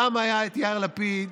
פעם היה יאיר לפיד